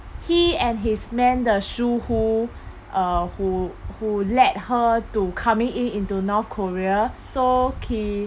he and his men 的疏忽 uh who who let her to coming in into north korea so he